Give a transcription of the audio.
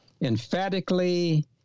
emphatically